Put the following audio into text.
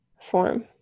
form